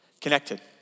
connected